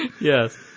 yes